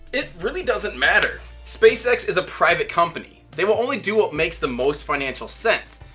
it really doesn't matter. spacex is a private company. they will only do what makes the most financial sense.